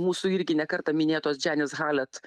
mūsų irgi ne kartą minėtos dženis halet